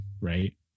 right